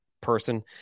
person